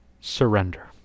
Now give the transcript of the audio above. surrender